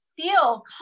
feel